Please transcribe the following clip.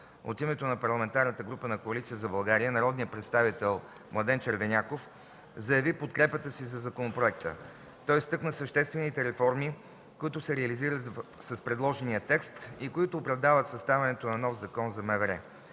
От името на парламентарната група на Коалиция за България народният представител Младен Червеняков заяви подкрепа за законопроекта. Той изтъкна съществените реформи, които се реализират с предложения текст и които оправдават съставянето на нов закон за МВР,